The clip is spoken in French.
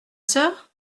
sœur